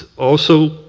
ah also,